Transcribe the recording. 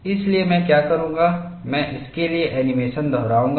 इसलिए मैं क्या करूंगा मैं इसके लिए एनीमेशन दोहराऊंगा